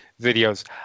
videos